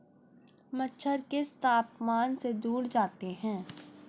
मच्छर किस तापमान से दूर जाते हैं?